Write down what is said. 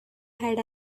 had